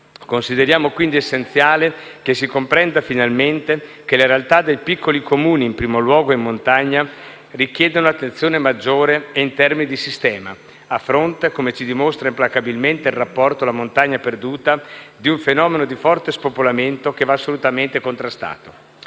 consideriamo quindi essenziale che si comprenda finalmente che la realtà dei piccoli Comuni, in primo luogo in montagna, richiede un'attenzione maggiore e in termini di sistema, a fronte, come ci dimostra implacabilmente il rapporto «La montagna perduta», di un fenomeno di forte spopolamento, che va assolutamente contrastato.